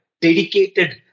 dedicated